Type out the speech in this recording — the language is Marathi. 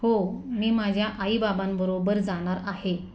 हो मी माझ्या आई बाबांबरोबर जाणार आहे